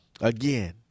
again